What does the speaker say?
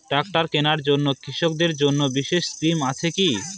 Tractor কেনার জন্য কৃষকদের জন্য বিশেষ স্কিম আছে কি?